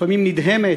לפעמים נדהמת,